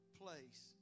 place